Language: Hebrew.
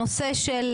הנושא של